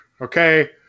okay